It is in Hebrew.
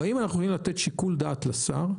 אבל אם אנחנו יכולים לתת שיקול דעת לשר,